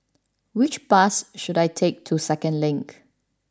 which bus should I take to Second Link